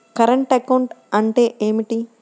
Current account అంటే ఏమిటి?